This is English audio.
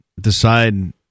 decide